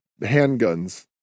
handguns